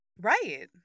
Right